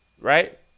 right